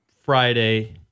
Friday